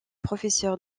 professeur